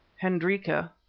hendrika,